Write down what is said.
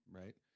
right